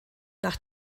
nach